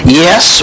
yes